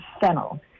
fennel